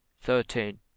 thirteen